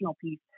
piece